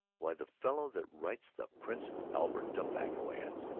why, the fellow that writes the prince albert tobacco ads!